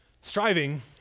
Striving